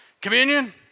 Communion